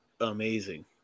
amazing